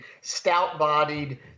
stout-bodied